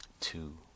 Two